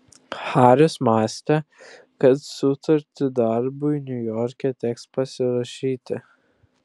haris mąstė kad sutartį darbui niujorke teks pasirašyti